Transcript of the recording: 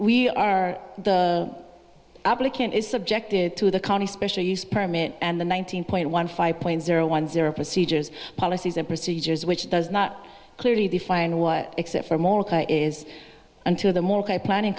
we are the applicant is subjected to the county special use permit and the one thousand point one five point zero one zero procedures policies and procedures which does not clearly define what except for more is until the more planning